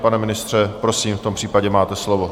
Pane ministře, prosím, v tom případě máte slovo.